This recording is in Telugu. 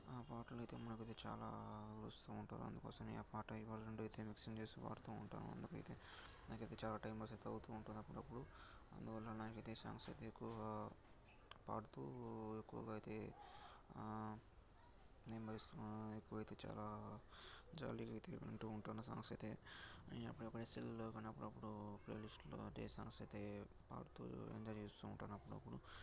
ఆ పాటలో అయితే మనకైతే చాలా వస్తూ ఉంటారు అందుకోసమే నేను ఆ పాట ఈ పాట మిక్సింగ్ చేస్తూ పాడుతూ ఉంటాను అందుకు అయితే నాకైతే చాలా టైంపాస్ అయితే అవుతూ ఉంటుంది అప్పుడప్పుడు అందువల్ల నాకైతే సాంగ్స్ అయితే ఎక్కువగా పాడుతూ ఎక్కువగా అయితే నెమ్మదిస్తున్నానో ఎప్పుడైతే చాలా జాలీగా అయితే వింటూ ఉంటాను సాంగ్స్ అయితే నేను అప్పుడప్పుడు పరిస్థితుల్లో పోయినప్పుడు అప్పుడు ప్లే లిస్టులో అయితే సాంగ్స్ అయితే పాడుతూ ఎంజాయ్ చేస్తూ ఉంటాను అప్పుడప్పుడు